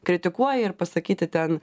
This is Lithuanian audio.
kritikuoji ir pasakyti ten